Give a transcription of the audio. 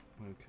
Okay